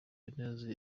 habineza